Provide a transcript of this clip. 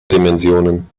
dimensionen